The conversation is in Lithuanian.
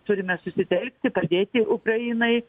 turime susitelkti padėti ukrainai